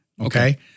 Okay